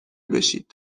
بشید